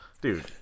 dude